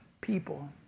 people